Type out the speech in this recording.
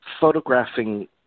photographing